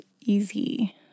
easy